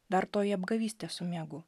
dar toji apgavystė su miegu